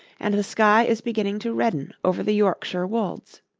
and the sky is beginning to redden over the yorkshire wolds.